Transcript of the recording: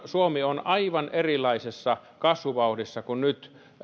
suomi on aivan erilaisessa kasvuvauhdissa kuin nyt